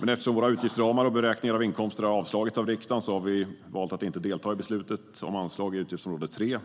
Men eftersom våra utgiftsramar och beräkningar av inkomster har avslagits av riksdagen har vi valt att inte delta i beslutet om anslag i utgiftsområde 3.